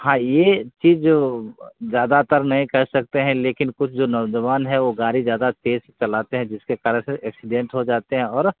हाँ यह चीज़ जो ज़्यादातर नहीं कह सकते हैं लेकिन कुछ जो नौज़वान हैं वह गाड़ी ज़्यादा तेज चलाते हैं जिसके कारण कि एक्सीडेन्ट हो जाता है और